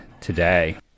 today